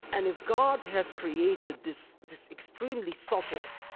and if god has created this this extremely subtle,